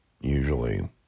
usually